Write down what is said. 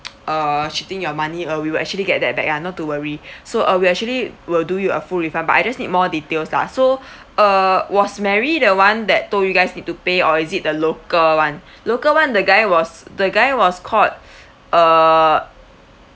err cheating your money uh we will actually get that back ah but not too worry so uh we actually will do you a full refund but I just need more details lah so err was mary the one that told you guys need to pay or is it the local [one] local [one] the guy was the guy was called uh